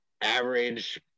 Average